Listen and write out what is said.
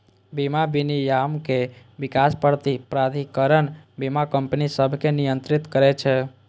बीमा विनियामक विकास प्राधिकरण बीमा कंपनी सभकें नियंत्रित करै छै